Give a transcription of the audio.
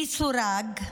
מסורג,